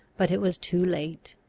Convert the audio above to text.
but it was too late.